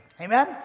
Amen